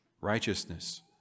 righteousness